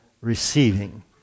receiving